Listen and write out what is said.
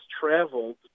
traveled